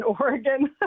Oregon